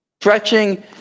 Stretching